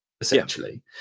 essentially